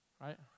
right